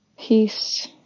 Peace